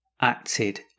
acted